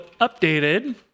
updated